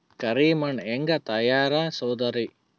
ಕರಿ ಮಣ್ ಹೆಂಗ್ ತಯಾರಸೋದರಿ?